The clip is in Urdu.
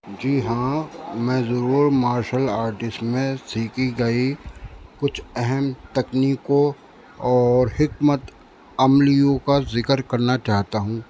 جی ہاں میں ضرور مارشل آرٹس میں سیکھی گئی کچھ اہم تکنیکوں اور حکمت عملیوں کا ذکر کرنا چاہتا ہوں